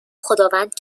خداوند